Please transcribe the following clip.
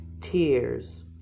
Tears